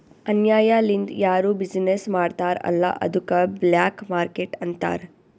ಅನ್ಯಾಯ ಲಿಂದ್ ಯಾರು ಬಿಸಿನ್ನೆಸ್ ಮಾಡ್ತಾರ್ ಅಲ್ಲ ಅದ್ದುಕ ಬ್ಲ್ಯಾಕ್ ಮಾರ್ಕೇಟ್ ಅಂತಾರ್